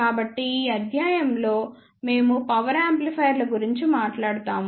కాబట్టి ఈ అధ్యాయం లో మేము పవర్ యాంప్లిఫైయర్ల గురించి మాట్లాడుతాము